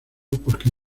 porque